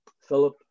Philip